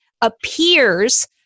appears